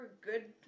good